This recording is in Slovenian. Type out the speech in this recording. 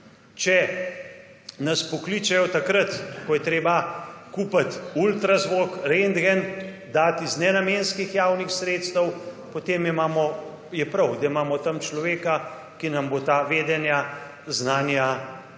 Če nas pokličejo takrat, ko je treba kupiti ultrazvok, rentgen, dati iz nenamenskih javnih sredstev, potem je prav, da imamo tam človeka, ki nam bo ta vedenja, znanja prenašal.